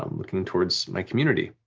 um looking towards my community,